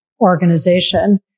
organization